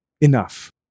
enough